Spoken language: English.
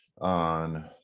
on